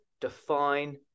define